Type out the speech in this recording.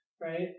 right